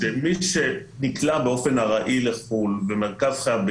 שמי שנקלע באופן ארעי לחו"ל ומרכז חייו,